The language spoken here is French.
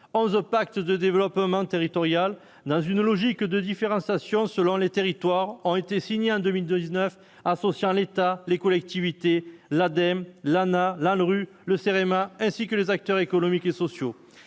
11 Pacte de développement territorial dans une logique de différenciation selon les territoires ont été signés en 2019 associant l'État, les collectivités, l'ADEME, l'ANRU le CEREMA ainsi que les acteurs économiques et sociaux